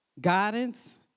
guidance